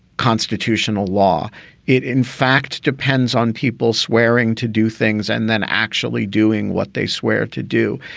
constitutional law it, in fact, depends on people swearing to do things and then actually doing what they swear to do.